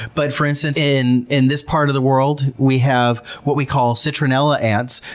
but for instance, in in this part of the world, we have what we call citronella ants.